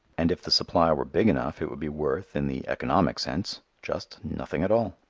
and if the supply were big enough it would be worth, in the economic sense, just nothing at all.